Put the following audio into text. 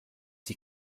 die